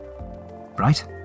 Right